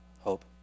Hope